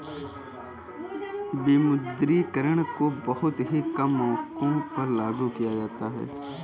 विमुद्रीकरण को बहुत ही कम मौकों पर लागू किया जाता है